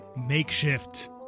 makeshift